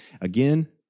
again